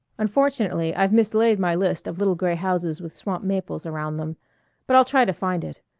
unfortunately, i've mislaid my list of little gray houses with swamp maples around them but i'll try to find it.